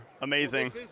amazing